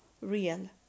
real